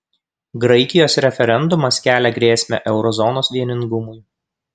graikijos referendumas kelia grėsmę euro zonos vieningumui